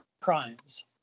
crimes